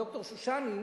ד"ר שושני,